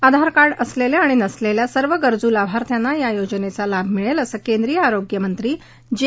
आधारकार्ड असलेल्या आणि नसलेल्या सर्व गरजू लाभार्थ्यांना या योजनेचा लाभ मिळेल असं केंद्रीय आरोग्यमंत्री जे